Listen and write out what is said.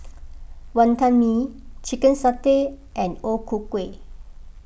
Wonton Mee Chicken Satay and O Ku Kueh